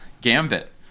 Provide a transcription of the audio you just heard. gambit